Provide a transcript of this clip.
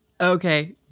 okay